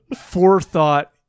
forethought